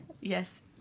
Yes